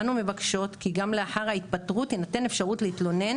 אנו מבקשות כי גם לאחר ההתפטרות תינתן אפשרות להתלונן